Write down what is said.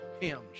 hymns